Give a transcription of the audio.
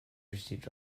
received